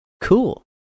Cool